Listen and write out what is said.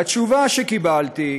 והתשובה שקיבלתי,